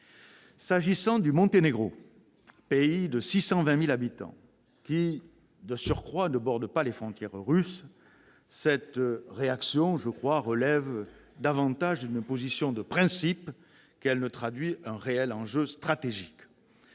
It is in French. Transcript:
s'agissant du Monténégro, pays de 620 000 habitants qui, de surcroît, ne borde pas les frontières russes, cette réaction relève davantage d'une position de principe qu'elle ne traduit un réel enjeu stratégique.